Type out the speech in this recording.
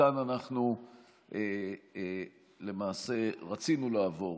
לפיכך אנחנו עם חמישה קולות בעד,